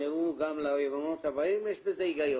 ושישמרו גם להריונות הבאים, יש בזה היגיון.